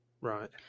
Right